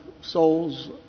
souls